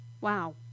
Wow